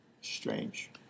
Strange